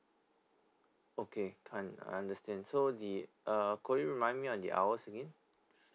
okay can't I understand so the uh could you remind me on the hours again